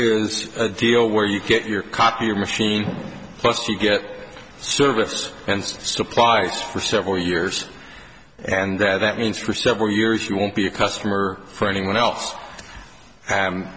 sell it is a deal where you get your coffee machine plus you get service and suppliers for several years and that means for several years you won't be a customer for anyone else